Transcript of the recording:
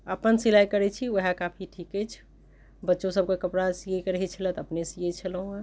अपन सिलाइ करै छी वएह काफी ठीक अछि बच्चो सभके कपड़ा सियैके रहै छलै तऽ अपने सीयै छलौ हेँ